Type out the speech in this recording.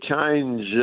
change